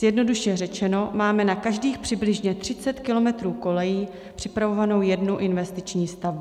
Zjednodušeně řečeno máme na každých přibližně 30 kilometrů kolejí připravovanou jednu investiční stavbu.